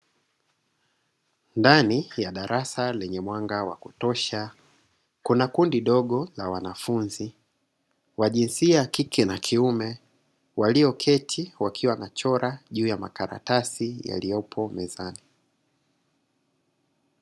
Ndani ya darasa lenye mwanga wa kutosha, kuna kundi dogo la wanafunzi wa jinsia ya kike na kiume, walioketi wakiwa wanachora juu ya makaratasi yaliyopo mezani.